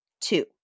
Two